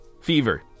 fever